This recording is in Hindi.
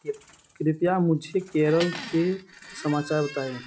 कृपया मुझे केरल के समाचार बताएँ